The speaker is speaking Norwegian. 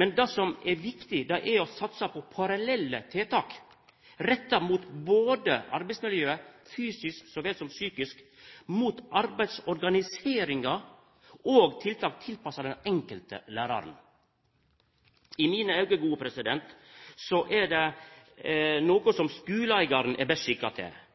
Men det som er viktig, er å satsa på parallelle tiltak retta mot arbeidsmiljøet – fysisk så vel som psykisk – mot arbeidsorganiseringa, og mot tiltak tilpassa den enkelte læraren. I mine auge er det noko som skuleeigaren er best skikka til,